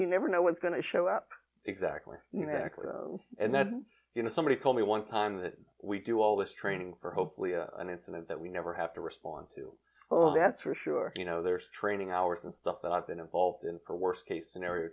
you never know what's going to show up exactly and then you know somebody told me one time that we do all this training for hopefully a an incident that we never have to respond to oh that's for sure you know there's training hours and stuff that i've been involved in for worst case scenario